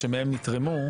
הכול נופל.